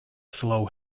slow